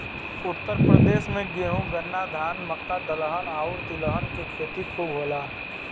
उत्तर प्रदेश में गेंहू, गन्ना, धान, मक्का, दलहन आउर तिलहन के खेती खूब होला